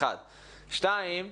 השנייה,